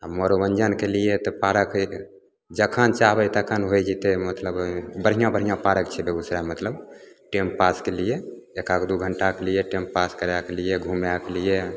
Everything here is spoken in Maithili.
आओर मनोरञ्जनके लिए तऽ पार्क हइ जखन चाहबै तखन होइ जेतै मतलब बढ़िआँ बढ़िआँ पार्क छै बेगूसरायमे मतलब टाइमपासके लिए एक आध दुइ घण्टाके लिए टाइमपास करैके लिए घुमैके लिए